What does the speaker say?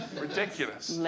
Ridiculous